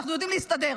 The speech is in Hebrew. אנחנו יודעים להסתדר.